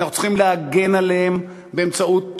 אנחנו צריכים להגן עליהם באמצעות הפרקליטות,